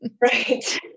Right